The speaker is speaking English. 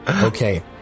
Okay